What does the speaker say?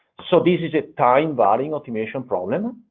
so this is a time varying optimization problem.